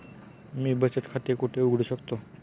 मी बचत खाते कुठे उघडू शकतो?